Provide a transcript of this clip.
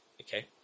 Okay